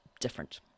different